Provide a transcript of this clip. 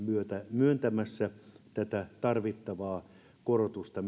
myöntämässä tätä tarvittavaa korotusta